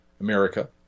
America